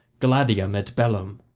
gladium et bellum.